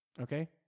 okay